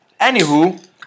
Anywho